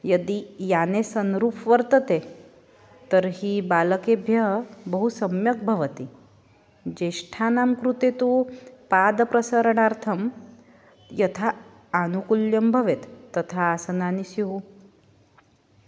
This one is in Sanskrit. यदि याने सन्रूफ़् वर्तते तर्हि बालकेभ्यः बहु सम्यक् भवति ज्येष्ठानां कृते तु पादप्रसरणार्थं यथा आनुकूल्यं भवेत् तथा आसनानि स्युः